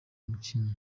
umukino